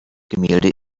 gemälde